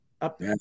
up